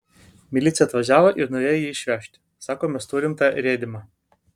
milicija atvažiavo ir norėjo jį išvežti sako mes turim tą rėdymą